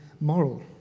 moral